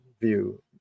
view